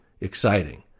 exciting